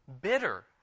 bitter